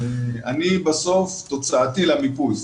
אני בסוף תוצאתי למיפוי.